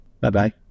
Bye-bye